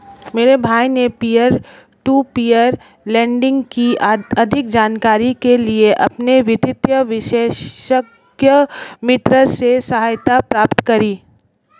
मेरे भाई ने पियर टू पियर लेंडिंग की अधिक जानकारी के लिए अपने वित्तीय विशेषज्ञ मित्र से सहायता प्राप्त करी